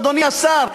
אדוני השר,